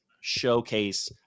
showcase